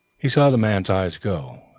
he saw the man's eyes go,